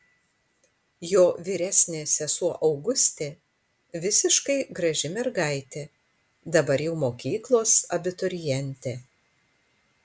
jo vyresnė sesuo augustė visiškai graži mergaitė dabar jau mokyklos abiturientė